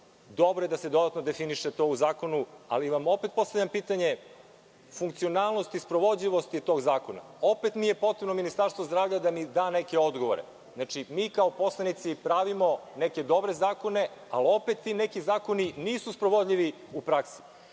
Dobro je da se dodatno definiše to u zakonu, ali vam opet postavljam pitanje funkcionalnosti, sprovodljivosti tog zakona. Opet je potrebno da Ministarstvo zdravlja da neke odgovore. Znači, mi kao poslanici pravimo neke dobre zakone, ali opet ti neki zakoni nisu sprovodljivi u praksi. Kažem